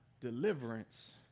Deliverance